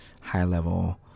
high-level